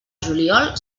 juliol